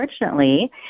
unfortunately